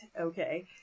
okay